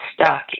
stuck